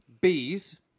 Bees